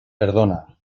perdona